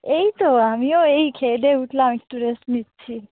এই তো আমিও এই খেয়ে দেয়ে উঠলাম একটু রেস্ট নিচ্ছি